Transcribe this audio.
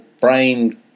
brain